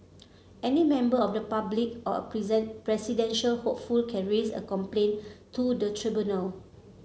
any member of the public or a presidential hopeful can raise a complaint to the tribunal